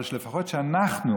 אבל לפחות שאנחנו